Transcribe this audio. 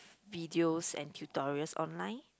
videos and tutorials online